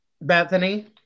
Bethany